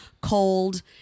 Cold